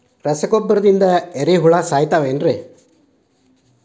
ರಸಗೊಬ್ಬರದಿಂದ ಏರಿಹುಳ ಸಾಯತಾವ್ ಏನ್ರಿ?